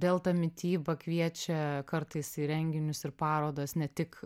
delta mityba kviečia kartais į renginius ir parodas ne tik